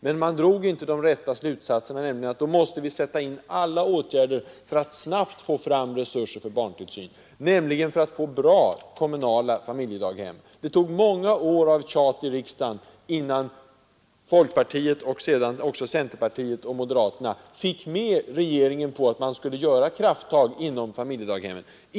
Men man drog inte de rätta slutsatserna, nämligen att vi måste sätta in alla åtgärder för att snabbt åstadkomma resurser för barntillsynen och få fram bra kommunala familjedaghem. Det tog många år av tjat i riksdagen innan folkpartiet och sedan även centerpartiet och moderaterna fick med regeringen på att ta krafttag när det gäller familjedaghemmen.